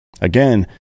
again